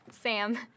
Sam